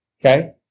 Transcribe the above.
okay